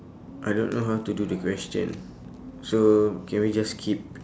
I don't know how to do the question so can we just skip